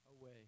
away